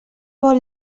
vol